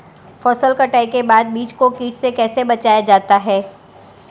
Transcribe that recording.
फसल कटाई के बाद बीज को कीट से कैसे बचाया जाता है?